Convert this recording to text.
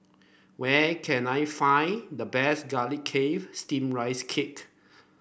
where can I find the best garlic chive steamed Rice Cake